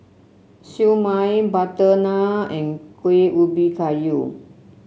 Siew Mai butter naan and Kuih Ubi Kayu